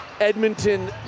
Edmonton